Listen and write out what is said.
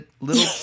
little